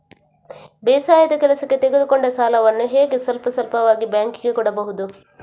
ಬೇಸಾಯದ ಕೆಲಸಕ್ಕೆ ತೆಗೆದುಕೊಂಡ ಸಾಲವನ್ನು ಹೇಗೆ ಸ್ವಲ್ಪ ಸ್ವಲ್ಪವಾಗಿ ಬ್ಯಾಂಕ್ ಗೆ ಕೊಡಬಹುದು?